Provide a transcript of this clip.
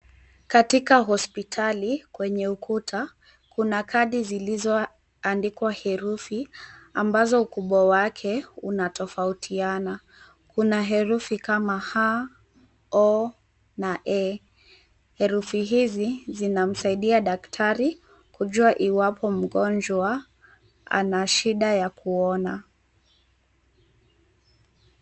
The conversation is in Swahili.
Katika hospitali kwenye ukuta, kuna kadi zilizoandikwa herufi ambazo ukubwa wake unatofautiana. Kuna herufi ka h, o na a. Herufi hizi zinamsaidia daktari kujua iwapo mgonjwa ana shida ya kuona.